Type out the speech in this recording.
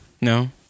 no